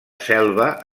selva